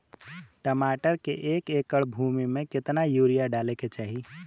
टमाटर के एक एकड़ भूमि मे कितना यूरिया डाले के चाही?